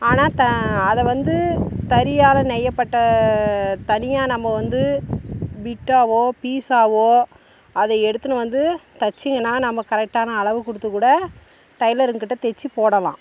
ஆனால் த அதை வந்து தறியால் நெய்யப்பட்ட தனியாக நம்ம வந்து பிட்டாவோ பீஸாவோ அதை எடுத்துன்னு வந்து தச்சுங்கள்னா நம்ம கரெக்ட்டான அளவு கொடுத்து கூட டைலருங்ககிட்ட தச்சி போடலாம்